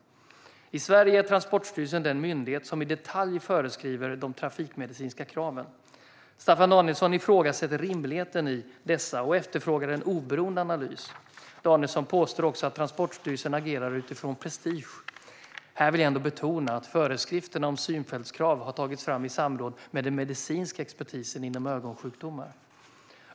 I Sverige är Transportstyrelsen den myndighet som i detalj föreskriver de trafikmedicinska kraven. Staffan Danielsson ifrågasätter rimligheten i dessa och efterfrågar en oberoende analys. Danielsson påstår också att Transportstyrelsen agerar utifrån prestige. Här vill jag ändå betona att föreskrifterna om synfältskrav har tagits fram i samråd med den medicinska expertisen inom ögonsjukdomar.